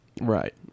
Right